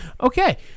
Okay